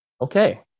Okay